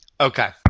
Okay